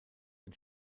ein